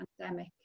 pandemic